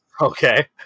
Okay